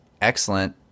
excellent